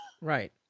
Right